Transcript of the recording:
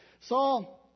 Saul